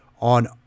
on